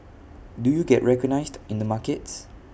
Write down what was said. do you get recognised in the markets